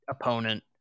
opponent